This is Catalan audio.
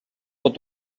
pot